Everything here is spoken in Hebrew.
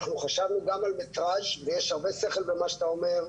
אנחנו חשבנו גם על מטראז' ויש הרבה שכל במה שאתה אומר.